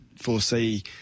foresee